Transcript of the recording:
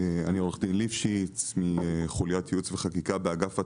אני עורך דין ליפשיץ מחוליית ייעוץ וחקיקה באגף התנועה.